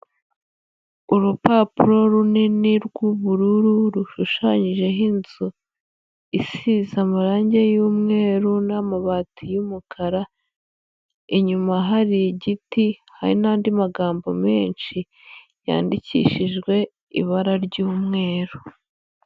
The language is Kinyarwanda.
Urupapuro runini rw'ubururu rushushanyijeho inzu, isiza amarange y'umweru n'amabati y'umukara, inyuma hari igiti, hari n'andi magambo menshi yandikishijwe ibara ry'umweru.